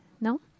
No